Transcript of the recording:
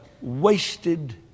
wasted